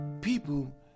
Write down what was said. people